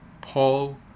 Paul